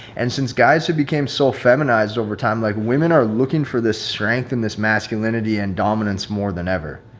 and since guys have became so feminized over time, like women are looking for this strength and this masculinity and dominance more than ever.